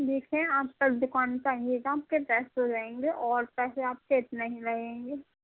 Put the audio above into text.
دیکھیں آپ کل دُکان پہ آئیے گا پھر ٹیسٹ ہو جائیں گے اور پیسے آپ کے اتنے ہی لگیں گے